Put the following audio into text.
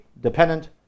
dependent